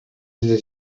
did